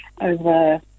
over